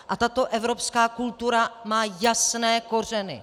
A tato evropská kultura má jasné kořeny.